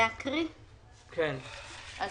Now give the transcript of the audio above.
נקריא את